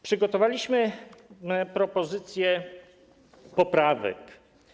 Przygotowaliśmy propozycje poprawek.